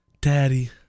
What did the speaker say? Daddy